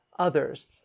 others